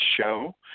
show